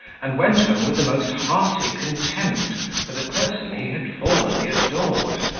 and went home with the most hearty contempt for the person he had formerly adored.